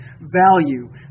value